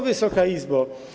Wysoka Izbo!